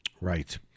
Right